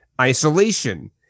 Isolation